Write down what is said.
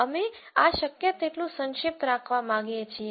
અમે આ શક્ય તેટલું સંશિપ્ત રાખવા માંગીએ છીએ